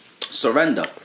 surrender